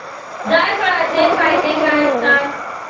जायफळाचे फायदे काय असतात?